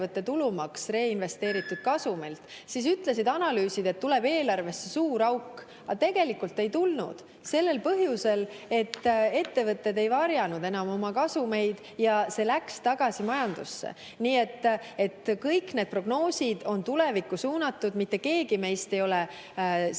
ettevõtted ei varjanud enam oma kasumeid ja see [raha] läks tagasi majandusse. Nii et kõik need prognoosid on tulevikku suunatud. Mitte keegi meist ei ole